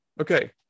Okay